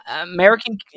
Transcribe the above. American